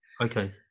okay